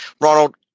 Ronald